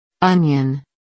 Onion